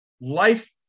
life